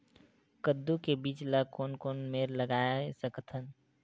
कददू के बीज ला कोन कोन मेर लगय सकथन?